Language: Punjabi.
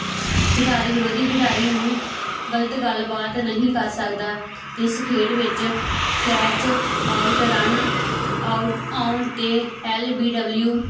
ਖਿਡਾਰੀ ਵਿਰੋਧੀ ਖਿਡਾਰੀ ਨੂੰ ਗਲਤ ਗੱਲਬਾਤ ਨਹੀਂ ਕਰ ਸਕਦਾ ਇਸ ਖੇਡ ਵਿੱਚ ਕੈਚ ਆਊਟ ਰਨ ਆਊ ਆਉਣ 'ਤੇ ਐੱਲ ਬੀ ਡਬਲਯੂ